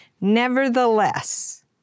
nevertheless